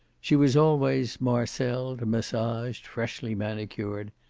she was always marceled, massaged, freshly manicured.